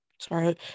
Sorry